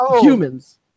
humans